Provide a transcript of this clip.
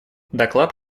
доклад